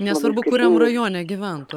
nesvarbu kuriam rajone gyventų